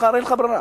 בשכר אין לך ברירה.